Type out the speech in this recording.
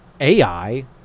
AI